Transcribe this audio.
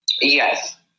yes